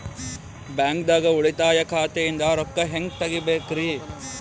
ಬ್ಯಾಂಕ್ದಾಗ ಉಳಿತಾಯ ಖಾತೆ ಇಂದ್ ರೊಕ್ಕ ಹೆಂಗ್ ತಗಿಬೇಕ್ರಿ?